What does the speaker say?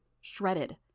shredded